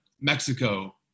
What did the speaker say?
Mexico